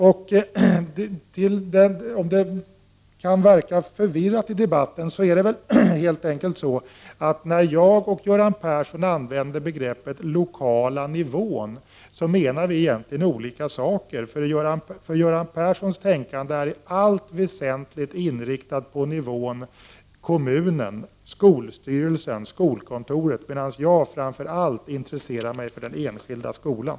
Om det kan verka förvirrat i debatten, så beror det väl helt enkelt på att när jag och Göran Persson använder begreppet den lokala nivån, så menar vi egentligen olika saker. Göran Perssons tänkande är i allt väsentligt inriktat på nivån kommunen, skolstyrelsen, skolkontoret, medan jag framför allt intresserar mig för den enskilda skolan.